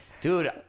dude